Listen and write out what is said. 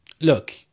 Look